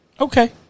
Okay